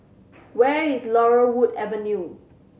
where is Laurel Wood Avenue